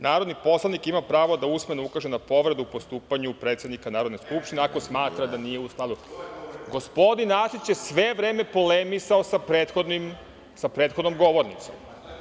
Narodni poslanik ima pravo da usmeno ukaže na povredu u postupanju predsednika Narodne skupštine, ako smatra da nije u skladu.“ Gospodin Arsić je sve vreme polemisao sa prethodnom govornicom.